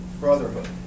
brotherhood